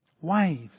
Wives